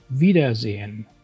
Wiedersehen